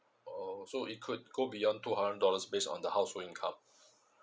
oh so it could go beyond two hundred dollars based on the household income